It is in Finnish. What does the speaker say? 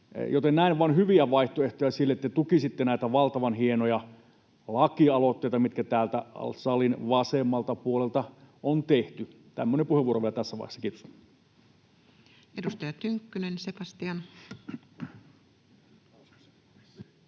näen vain hyviä vaihtoehtoja sille, että te tukisitte näitä valtavan hienoja lakialoitteita, mitkä täältä salin vasemmalta puolelta on tehty. Tämmöinen puheenvuoro vielä tässä vaiheessa. — Kiitos. [Speech 646] Speaker: